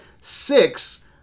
six